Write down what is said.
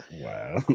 Wow